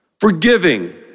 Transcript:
forgiving